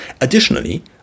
Additionally